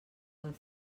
del